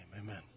amen